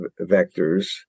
vectors